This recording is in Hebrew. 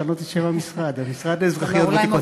לשנות את שם המשרד: המשרד לאזרחיות ותיקות.